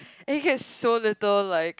and he get so little like